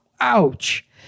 ouch